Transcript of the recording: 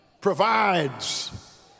provides